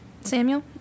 Samuel